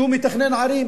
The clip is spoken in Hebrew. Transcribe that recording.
שהוא מתכנן ערים?